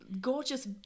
gorgeous